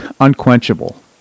unquenchable